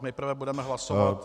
Nejprve budeme hlasovat